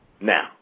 now